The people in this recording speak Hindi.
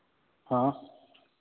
हाँ